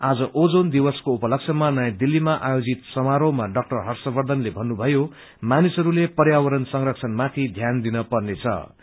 आज ओजोन दिवस को उपलक्ष्यमा नयाँ दिल्लीमा आयोजित समारोहमा डा हर्षवर्धनले मानिसहरूले पर्यावरण संरक्षण माथि ध्यान दिन पर्ने बताउनुभयो